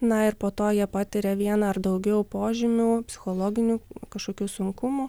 na ir po to jie patiria vieną ar daugiau požymių psichologinių kažkokių sunkumų